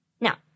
Now